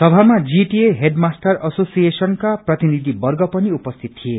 सभामा GTA headmaster एसोसिएशनका प्रतिनिधि वर्ग पनि उपस्थित थिए